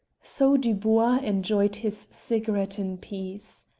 so dubois enjoyed his cigarette in peace.